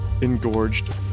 Engorged